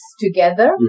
together